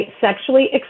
sexually